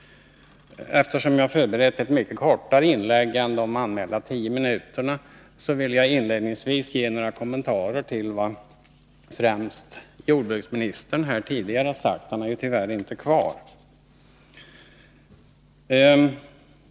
Eftersom jag förberett ett mycket kortare inlägg än vad de anmälda tio minuterna skulle tillåta, vill jag inledningsvis göra några kommentarer till vad främst jordbruksministern här tidigare har sagt. Han är ju tyvärr inte kvar i kammaren.